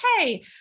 okay